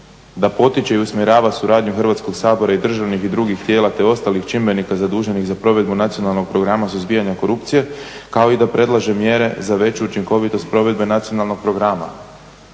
da potiče i usmjerava suradnju Hrvatskog sabora i državnih i drugih tijela, te ostalih čimbenika zaduženih za provedbu Nacionalnog programa suzbijanja korupcije kao i da predlaže mjere za veću učinkovitost provedbe Nacionalnog programa.